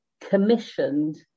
commissioned